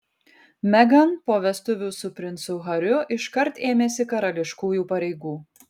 meghan po vestuvių su princu hariu iškart ėmėsi karališkųjų pareigų